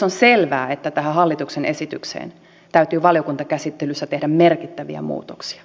on selvää että tähän hallituksen esitykseen täytyy valiokuntakäsittelyssä tehdä merkittäviä muutoksia